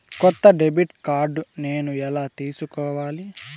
కొత్త debit card నేను ఎలా తీసుకోవాలి?